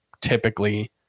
typically